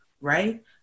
right